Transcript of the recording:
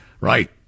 Right